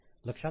लक्षात आलं